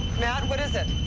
matt, what is it